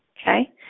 Okay